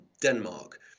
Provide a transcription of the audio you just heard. Denmark